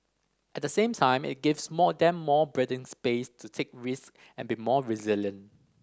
at the same time it gives more than more breathing space to take risk and be more resilient